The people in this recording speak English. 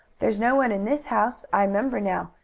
there's no one in this house, i member now,